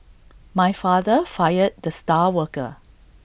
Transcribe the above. my father fired the star worker